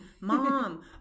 mom